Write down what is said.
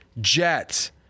Jets